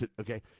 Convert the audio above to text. Okay